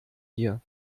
hier